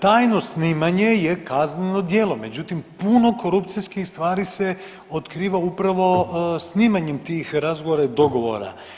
Tajno snimanje je kazneno djelo, međutim puno korupcijskih stvari se otkriva upravo snimanjem tih razgovora i dogovora.